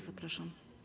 Zapraszam.